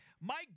Mike